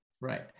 Right